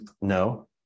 No